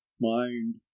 mind